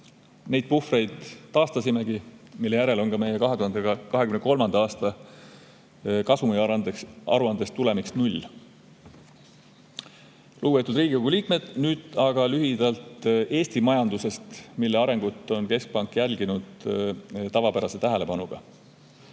Neid puhvreid taastasimegi ja pärast seda oli ka meie 2023. aasta kasumiaruandes tulemiks null. Lugupeetud Riigikogu liikmed! Nüüd aga lühidalt Eesti majandusest, mille arengut on keskpank jälginud tavapärase tähelepanuga.